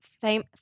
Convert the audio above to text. fame